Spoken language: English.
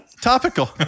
Topical